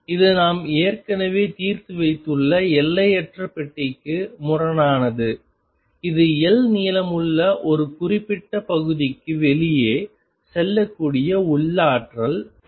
இது நாம் ஏற்கனவே தீர்த்து வைத்துள்ள எல்லையற்ற பெட்டிக்கு முரணானது இது L நீளமுள்ள ஒரு குறிப்பிட்ட பகுதிக்கு வெளியே செல்லக்கூடிய உள்ளாற்றல் இருந்தது